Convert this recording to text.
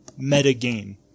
metagame